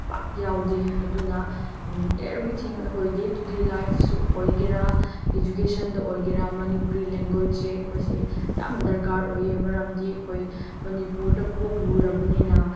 ꯄꯥꯛ ꯌꯥꯎꯗꯦ ꯑꯗꯨꯅ ꯑꯦꯕ꯭ꯔꯤꯊꯤꯡ ꯑꯩꯈꯣꯏ ꯗꯦ ꯇꯨꯗꯦ ꯂꯥꯏꯐꯁꯨ ꯑꯣꯏꯒꯦꯔ ꯏꯖꯨꯀꯦꯁꯟꯗ ꯑꯣꯏꯒꯦꯔ ꯃꯅꯤꯄꯨꯔꯤ ꯂꯦꯡꯒꯣꯏꯁꯁꯦ ꯑꯩꯈꯣꯏꯁꯦ ꯌꯥꯝ ꯗꯔꯀꯥꯔ ꯑꯣꯏ ꯃꯔꯝꯗꯤ ꯑꯩꯈꯣꯏ ꯃꯅꯤꯄꯨꯔꯗ ꯄꯣꯛꯂꯨꯔꯕꯅꯤꯅ